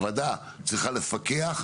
הוועדה צריכה לפקח,